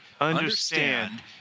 understand